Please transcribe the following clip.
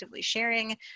sharing